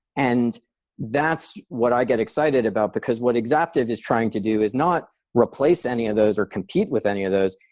and that's what i get excited about because what exaptive is trying to do is not replace any of those or compete with any of those,